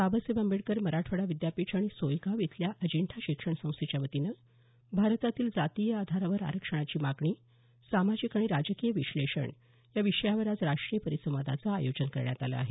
बाबासाहेब आंबेडकर मराठवाडा विद्यापीठ आणि सोयगाव इथल्या अंजिठा शिक्षण संस्थेच्यावतीनं भारतातील जातीय आधारावर आरक्षणाची मागणी सामाजिक आणि राजकीय विश्लेषणयाविषयावर आज राष्ट्रीय परिसंवादांचं आयोजन करण्यात आलं आहे